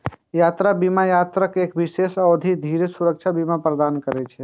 यात्रा बीमा यात्राक एक विशेष अवधि धरि सुरक्षा बीमा प्रदान करै छै